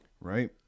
right